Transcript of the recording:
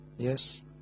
yes